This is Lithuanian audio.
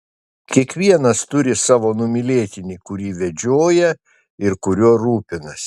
kiekvienas turi savo numylėtinį kurį vedžioja ir kuriuo rūpinasi